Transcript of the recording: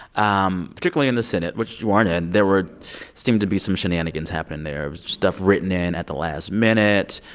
um particularly in the senate, which you aren't in? there were seemed to be some shenanigans happening there. it was stuff written in at the last minute,